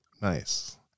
Nice